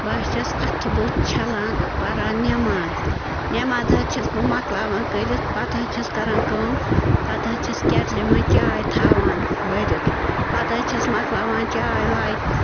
بہٕ حظ چھَس اَتھٕ بُتھ چھَلان پران نٮ۪ماز نٮ۪ماز حظ چھَس بہٕ مۄکلاوان کٔرِتھ پتہٕ حظ چھَس کَران کٲم پتہٕ حظ چھَس کٮ۪ٹلہِ منٛز چاے تھاوان بٔرِتھ پتہٕ حظ چھَس مۄکلاوان چاے واے